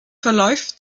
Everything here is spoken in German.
verläuft